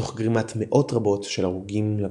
תוך גרימת מאות רבות של הרוגים לקומוניסטים.